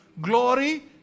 glory